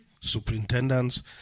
superintendents